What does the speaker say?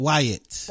Wyatt